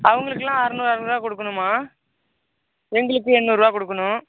அவர்களுக்கெல்லாம் அறநூறு அறநூறுரூவா கொடுக்கணும்மா எங்களுக்கு எண்ணூறுரூவா கொடுக்கணும்